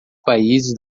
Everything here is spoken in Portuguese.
países